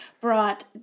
brought